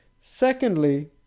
Secondly